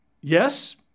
Yes